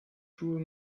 schuhe